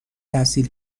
تحصیل